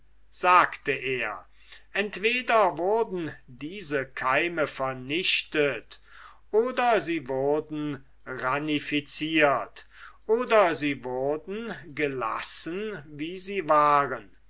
sagt er entweder wurden diese keime vernichtet oder sie wurden ranificiert oder sie wurden gelassen wie sie waren